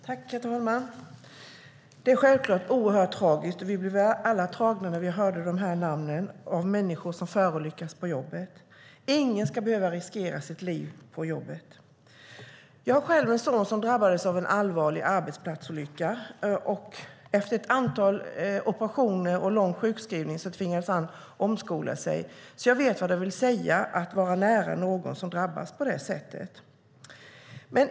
Herr talman! Det är självklart oerhört tragiskt med arbetsplatsolyckor, och vi blev alla tagna när vi hörde namnen på människor som förolyckats på jobbet. Ingen ska behöva riskera sitt liv på jobbet. Jag har själv en son som drabbades av en allvarlig arbetsplatsolycka. Efter ett antal operationer och en lång sjukskrivning tvingades han omskola sig. Jag vet alltså vad det vill säga att vara nära någon som drabbas på det sättet.